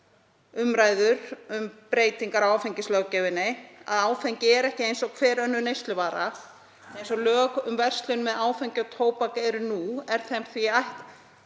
umræður um breytingar á áfengislöggjöfinni að áfengi er ekki eins og hver önnur neysluvara. Eins og lög um verslun með áfengi og tóbak eru nú er þeim því